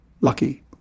lucky